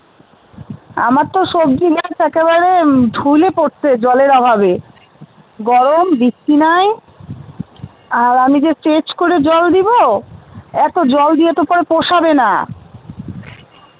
আমার তো সব্জি গাছ একেবারে ঢুলে পড়ছে জলের অভাবে গরম বৃষ্টি নাই আর আমি যে ট্রেচ করে জল দিবো এত জল দিয়ে তো পরে পোষাবে না